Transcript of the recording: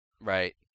Right